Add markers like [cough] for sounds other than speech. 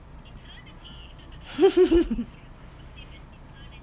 [laughs]